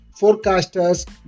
forecasters